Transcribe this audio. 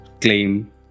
claim